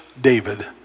David